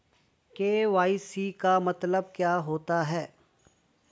KYC का क्या मतलब होता है?